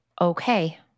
okay